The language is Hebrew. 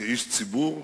כאיש ציבור,